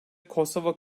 kosova